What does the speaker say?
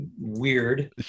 weird